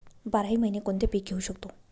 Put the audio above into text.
बाराही महिने कोणते पीक घेवू शकतो?